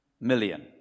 million